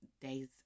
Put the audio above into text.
days